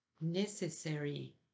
necessary